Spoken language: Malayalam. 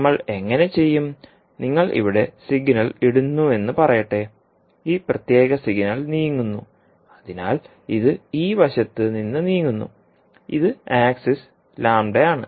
നമ്മൾ എങ്ങനെ ചെയ്യും നിങ്ങൾ ഇവിടെ സിഗ്നൽ ഇടുന്നുവെന്ന് പറയട്ടെ ഈ പ്രത്യേക സിഗ്നൽ നീങ്ങുന്നു അതിനാൽ ഇത് ഈ വശത്ത് നിന്ന് നീങ്ങുന്നു ഇത് ആക്സിസ് ആണ്